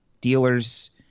dealers